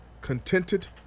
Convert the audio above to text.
contented